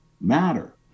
matter